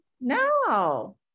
No